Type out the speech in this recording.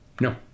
No